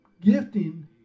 gifting